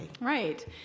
Right